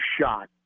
shot